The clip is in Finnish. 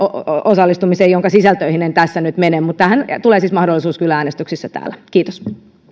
osallistumiseen jonka sisältöihin en tässä nyt mene mutta tähän tulee siis kyllä mahdollisuus äänestyksissä täällä kiitos